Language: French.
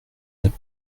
n’est